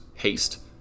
haste